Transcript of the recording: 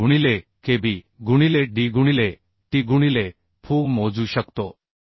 5 गुणिले kb गुणिले dगुणिले tगुणिले fu मोजू शकतो